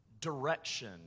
direction